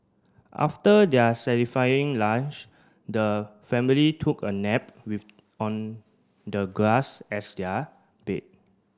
after their satisfying lunch the family took a nap with on the grass as their bed